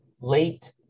late